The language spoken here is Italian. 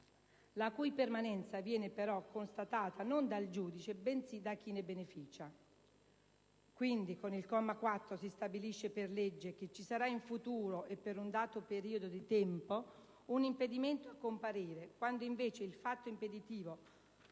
la cui permanenza viene però constatata non dal giudice bensì da chi ne beneficia. Quindi con il comma 4 si stabilisce, per legge, che ci sarà in futuro e per un dato periodo di tempo un impedimento a comparire, quando invece il fatto impeditivo